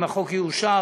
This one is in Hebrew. ואם החוק יאושר,